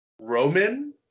Roman